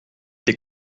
des